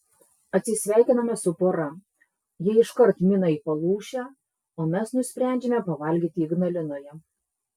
atsisveikiname su pora jie iškart mina į palūšę o mes nusprendžiame pavalgyti ignalinoje